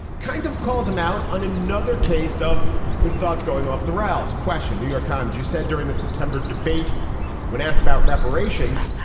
kind of called him out on another case of his thoughts going off the rails. question new york times, you said during the september debate when asked about reparations,